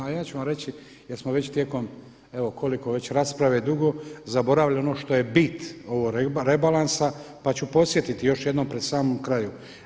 A ja ću vam reći jer smo već tijekom evo koliko već rasprave dugo zaboravili ono što je bit ovog rebalansa pa ću podsjetiti još jednom pred sam kraj.